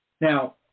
now